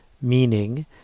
meaning